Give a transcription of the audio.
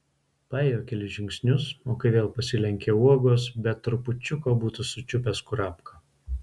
paėjo kelis žingsnius o kai vėl pasilenkė uogos be trupučiuko būtų sučiupęs kurapką